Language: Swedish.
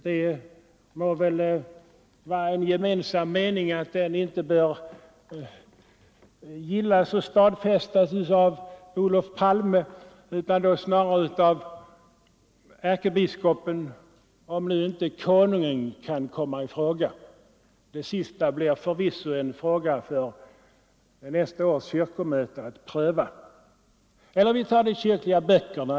Det må väl vara en gemensam mening att den inte bör gillas och stadfästas av Olof Palme utan snarare av ärkebiskopen — om nu inte Konungen kan komma i fråga. Det sistnämnda blir förvisso en uppgift för nästa års kyrkomöte att pröva. Eller låt oss ta de kyrkliga böckerna.